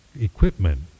equipment